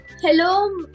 Hello